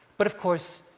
but of course,